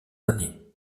années